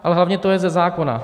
Ale hlavně to je ze zákona.